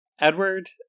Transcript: Edward